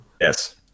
Yes